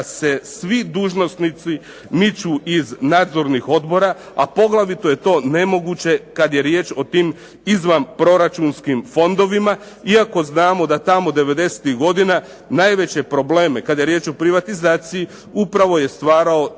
da se svi dužnosnici miču iz nadzornih odbora, a poglavito je to nemoguće kad je riječ o tim izvanproračunskim fondovima, iako znamo da tamo 90-ih godina najveće probleme, kada je riječ o privatizaciji upravo je stvarao